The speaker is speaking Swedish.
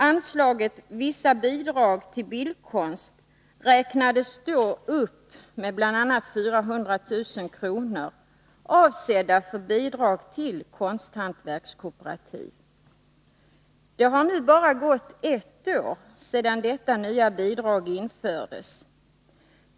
Anslaget Vissa bidrag till bildkonst räknades då upp med bl.a. 400 000 kr. avsedda för bidrag till konsthantverkskooperativ. Det har nu bara gått ett år sedan detta nya bidrag infördes.